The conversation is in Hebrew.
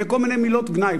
וכל מיני מילות גנאי,